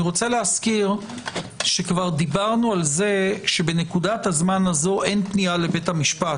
אני מזכיר שכבר דיברנו על כך שבנקודת הזמן הזו אין פנייה לבית המשפט.